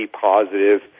positive